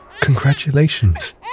congratulations